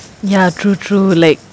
ya true true like